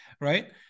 right